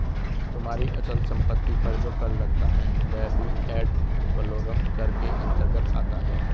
तुम्हारी अचल संपत्ति पर जो कर लगता है वह भी एड वलोरम कर के अंतर्गत आता है